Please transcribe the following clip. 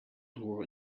door